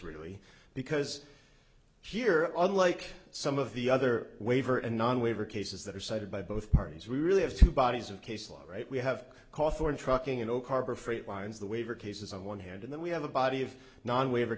really because here unlike some of the other waiver and non waiver cases that are cited by both parties we really have two bodies of case law right we have cause for trucking in oak harbor freight lines the waiver cases on one hand and then we have a body of non waiver